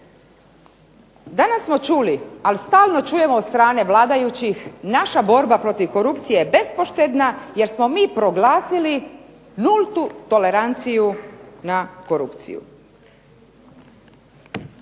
Danas smo čuli, ali stalno čujemo od strane vladajućih, naša borba protiv korupcije je bespoštedna jer smo mi proglasili nultu toleranciju na korupciju.